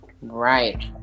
Right